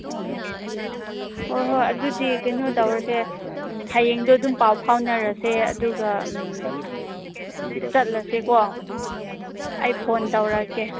ꯑꯣꯍꯣ ꯍꯣꯏ ꯍꯣꯏ ꯑꯗꯨꯗꯤ ꯀꯩꯅꯣ ꯇꯧꯔꯁꯦ ꯍꯌꯦꯡꯗꯨ ꯑꯗꯨꯝ ꯄꯥꯎ ꯐꯥꯎꯅꯔꯁꯦ ꯑꯗꯨꯒ ꯆꯠꯂꯁꯤꯀꯣ ꯑꯩ ꯐꯣꯟ ꯇꯧꯔꯛꯀꯦ